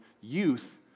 youth